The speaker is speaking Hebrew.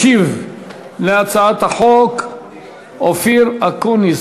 ישיב על הצעת החוק אופיר אקוניס,